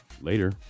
Later